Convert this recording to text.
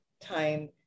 time